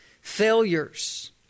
failures